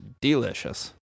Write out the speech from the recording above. delicious